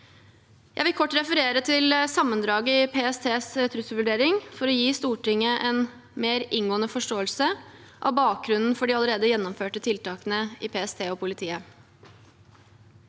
Jeg vil kort referere til sammendraget i PSTs trusselvurdering, for å gi Stortinget en mer inngående forståelse av bakgrunnen for de allerede gjennomførte tiltakene i PST og politiet: